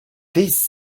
this